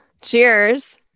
Cheers